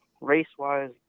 race-wise